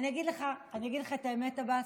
אני אגיד לך את האמת, עבאס: